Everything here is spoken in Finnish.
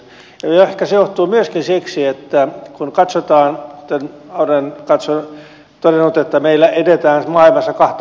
ehkä se johtuu myöskin siitä että kuten olen todennut meillä eletään maailmassa kahta todellisuutta